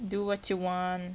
do what you want